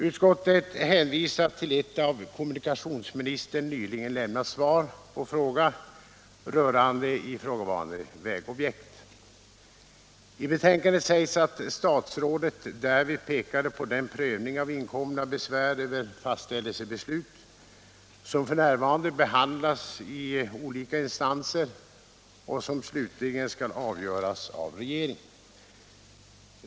Utskottet hänvisar till ett av kommunikationsministern nyligen lämnat svar på fråga rörande ifrågavarande vägprojekt. I betänkandet sägs att statsrådet därvid pekade på att inkomna besvär över fastställelsebeslutet f. n. behandlas i olika instanser och slutligen skall avgöras av regeringen.